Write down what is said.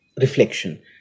reflection